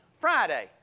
Friday